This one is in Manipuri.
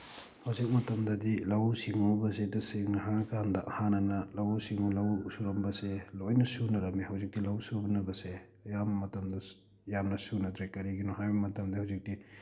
ꯍꯧꯖꯤꯛ ꯃꯇꯝꯗꯗꯤ ꯂꯧꯎ ꯁꯤꯡꯎꯕꯁꯦ ꯇꯁꯦꯡꯅ ꯍꯥꯏꯔꯀꯥꯟꯗ ꯍꯥꯟꯅꯅ ꯂꯧꯎ ꯁꯤꯡꯎ ꯂꯧ ꯁꯨꯔꯝꯕꯁꯦ ꯂꯣꯏꯅ ꯁꯨꯅꯔꯝꯃꯦ ꯍꯧꯖꯤꯛꯇꯤ ꯂꯧ ꯁꯨꯅꯕꯁꯦ ꯑꯌꯥꯝꯕ ꯃꯇꯝꯗ ꯌꯥꯝꯅ ꯁꯨꯅꯗ꯭ꯔꯦ ꯀꯔꯤꯒꯤꯅꯣ ꯍꯥꯏꯕ ꯃꯇꯝꯗ ꯍꯧꯖꯤꯛꯇꯤ